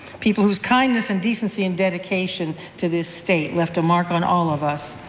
people whose kindness and decency and dedication to this state left a mark on all of us,